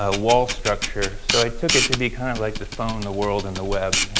ah wall structure. so, i took it to be kind of like the phone, the world and the web